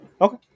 Okay